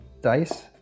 dice